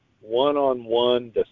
one-on-one